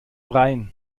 rein